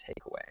takeaway